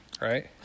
right